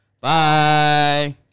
Bye